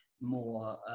more